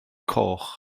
coch